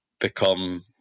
become